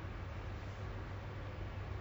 I think that's most likely you know